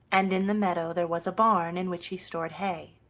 and in the meadow there was a barn in which he stored hay.